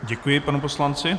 Děkuji panu poslanci.